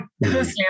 personally